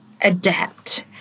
adapt